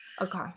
Okay